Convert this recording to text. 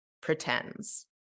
pretends